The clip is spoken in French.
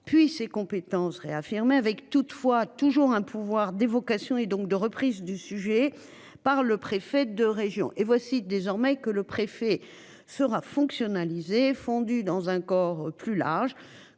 puis ses compétences réaffirmer avec toutefois toujours un pouvoir d'évocation et donc de reprise du sujet par le préfet de région et voici désormais que le préfet sera fonctionne Alizée fondu dans un corps plus large